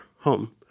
home